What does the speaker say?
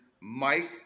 Mike